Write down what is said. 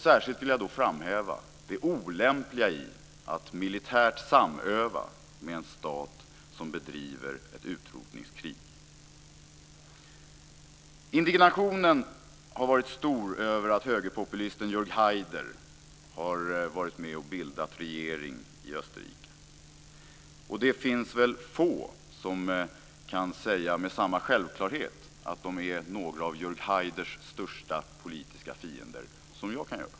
Särskilt vill jag framhäva det olämpliga i att militärt samöva med en stat som bedriver ett utrotningskrig. Indignationen har varit stor över att högerpopulisten Jörg Haider har varit med och bildat regering i Österrike. Det finns få som kan säga med samma självklarhet att de tillhör Jörg Haiders största politiska fiender som jag kan göra.